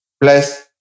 plus